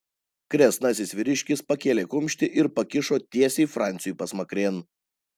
kresnasis vyriškis pakėlė kumštį ir pakišo tiesiai franciui pasmakrėn